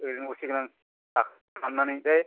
ओरैनो हरसिगोन आं दा दाननानै दे